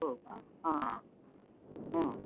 हो का हां हं